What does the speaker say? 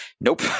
nope